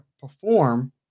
perform